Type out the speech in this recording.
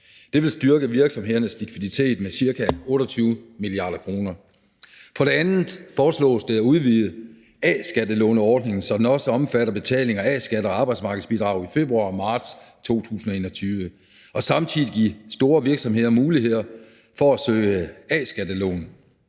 Det vil styrke virksomhedernes likviditet med ca. 28 mia. kr. For det andet foreslås det at udvide A-skattelåneordningen, så den også omfatter betaling af A-skat og arbejdsmarkedsbidrag i februar og marts 2021, og samtidig at give store virksomheder mulighed for at søge A-skattelån.